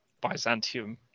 Byzantium